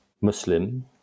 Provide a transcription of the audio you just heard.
Muslim